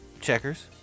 Checkers